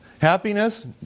Happiness